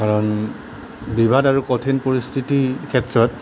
কাৰণ বিবাদ আৰু কঠিন পৰিস্থিতি ক্ষেত্ৰত